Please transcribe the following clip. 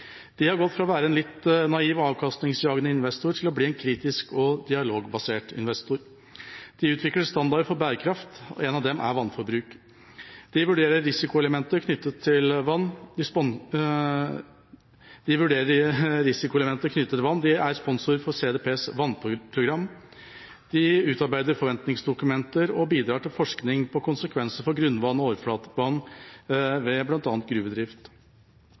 De har gått fra å være en litt naiv og avkastingsjagende investor til å bli en kritisk og dialogbasert investor. De utvikler standarder for bærekraft. En av dem er vannforbruk. De vurderer risikoelementer knyttet til vann. De er sponsor av CDPs vannprogram. De utarbeider forventningsdokumenter og bidrar til forskning på konsekvenser for grunnvann og overflatevann ved bl.a. gruvedrift.